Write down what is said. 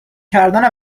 کردن